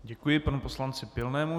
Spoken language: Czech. Děkuji panu poslanci Pilnému.